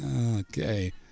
Okay